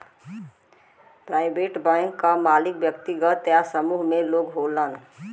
private bank क मालिक व्यक्तिगत या समूह में लोग होलन